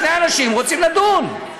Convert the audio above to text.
שני אנשים רוצים לדון.